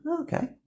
Okay